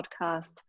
podcast